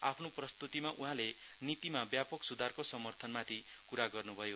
आफ्नो प्रस्तुतिमा उहाँले नीतिमा व्यापक सुधारको समर्थमाथि कुरा गर्नुभयो